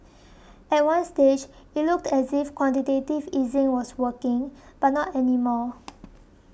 at one stage it looked as if quantitative easing was working but not any more